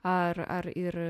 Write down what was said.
ar ar ir